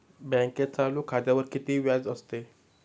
बँकेत चालू खात्यावर किती व्याज असते?